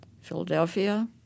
Philadelphia